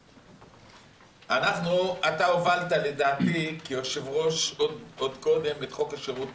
אתה הובלת לדעתי כיושב-ראש עוד קודם את חוק השירות